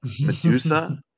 Medusa